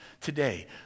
today